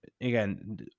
again